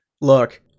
Look